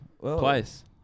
Place